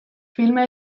filma